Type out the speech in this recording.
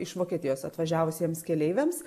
iš vokietijos atvažiavusiems keleiviams